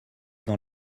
dans